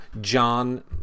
John